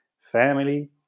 Family